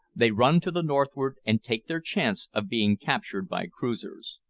they run to the northward, and take their chance of being captured by cruisers.